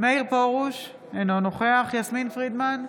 מאיר פרוש, אינו נוכח יסמין פרידמן,